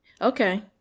Okay